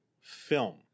film